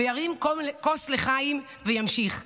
ירים כוס לחיים וימשיך.